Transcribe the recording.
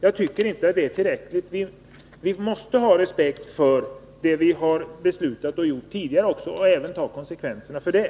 Jag tycker inte att det skälet är tillräckligt. Vi måste ha respekt för det vi beslutat tidigare och även ta konsekvenserna av det.